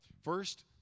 First